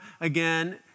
again